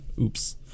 oops